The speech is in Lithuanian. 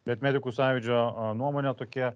bet medikų sąjūdžio nuomone tokie